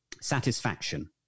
satisfaction